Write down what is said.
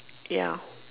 ya